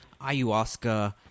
ayahuasca